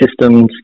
systems